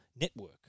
network